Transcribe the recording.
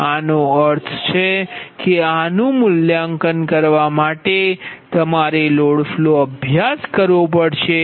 આનો અર્થ એ કે આનું મૂલ્યાંકન કરવા માટે તમારે લોડ ફ્લો અભ્યાસ કરવો પડશે